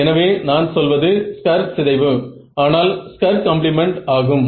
எனவே நான் சொல்வது ஸ்கர் சிதைவு ஆனால் ஸ்கர் காம்ப்ளிமெண்ட் ஆகும்